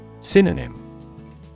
Synonym